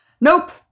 Nope